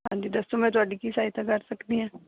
ਹਾਂਜੀ ਦੱਸੋ ਮੈਂ ਤੁਹਾਡੀ ਕੀ ਸਹਾਇਤਾ ਕਰ ਸਕਦੀ ਆਂ